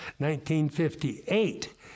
1958